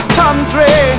country